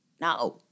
no